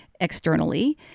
externally